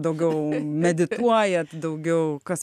daugiau medituojat daugiau kas